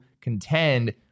contend